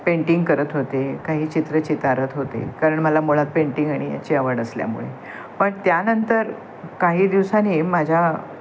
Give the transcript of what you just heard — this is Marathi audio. पेंटिंग करत होते काही चित्र चितारत होते कारण मला मुळात पेंटिंग आणि याची आवड असल्यामुळे पण त्यानंतर काही दिवसांनी माझ्या